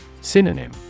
Synonym